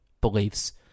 Beliefs